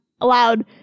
allowed